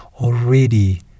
already